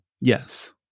Yes